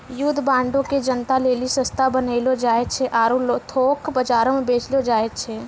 युद्ध बांडो के जनता लेली सस्ता बनैलो जाय छै आरु थोक बजारो मे बेचलो जाय छै